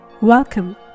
Welcome